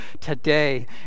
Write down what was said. today